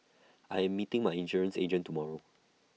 I am meeting my insurance agent tomorrow